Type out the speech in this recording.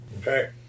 Okay